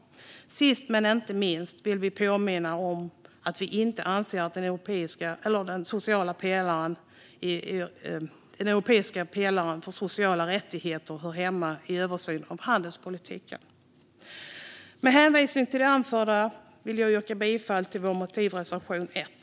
Sist men inte minst vill vi påminna om att vi inte anser att den europeiska pelaren för sociala rättigheter hör hemma i översynen av handelspolitiken. Med hänvisning till det anförda vill jag yrka bifall till vår motivreservation 1.